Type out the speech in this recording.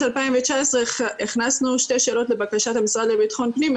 2019 הכנסנו שתי שאלות לבקשת המשרד לביטחון פנים,